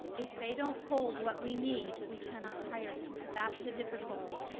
if they don't hold what we need, we cannot hire them, that's the difficulty.